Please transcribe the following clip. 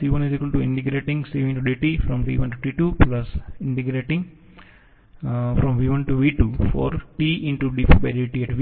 u2 u1T1T2CvdTV1V2TPTv